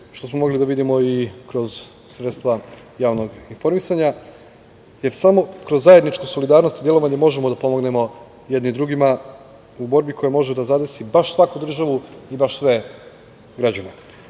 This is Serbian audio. što smo mogli da vidimo i kroz sredstva javnog informisanja, jer samo kroz zajedničku solidarnost i delovanje možemo da pomognemo jedni drugima u borbi koja može da zadesi baš svaku državu i baš sve građane. Članovi